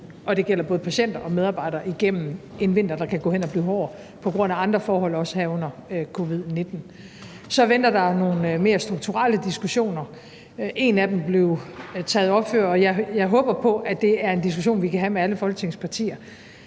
det gælder både patienter og medarbejdere, igennem en vinter, der kan gå hen og blive hård på grund af andre forhold også, herunder covid-19. Så venter der for det andet nogle mere strukturelle diskussioner, og en af dem blev taget op før. Jeg håber på, at det er en diskussion, vi kan have med alle Folketingets partier.